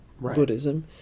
Buddhism